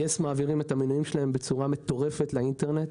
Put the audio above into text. יס מעבירים את המנויים שלהם בצורה מטורפת לאינטרנט.